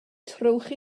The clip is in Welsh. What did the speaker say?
trowch